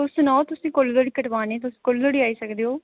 तुस सनाओ तुसें कोल्ले धोड़ी कटवाने तुस कोल्ले धोड़ी आई सकदे ओ